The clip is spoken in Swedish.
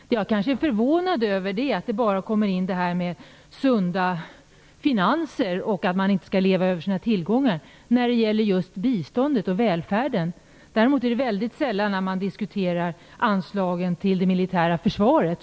Det jag är förvånad över är att talet om sunda finanser och om att man inte skall leva över sina tillgångar bara kommer fram när det gäller biståndet och välfärden. Däremot tas just de aspekterna upp väldigt sällan när man diskuterar anslagen till det militära försvaret.